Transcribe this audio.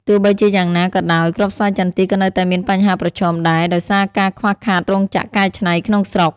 ទោះបីជាយ៉ាងណាក៏ដោយ គ្រាប់ស្វាយចន្ទីក៏នៅតែមានបញ្ហាប្រឈមដែរ ដោយសារការខ្វះខាតរោងចក្រកែច្នៃក្នុងស្រុក។